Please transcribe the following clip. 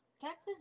Texas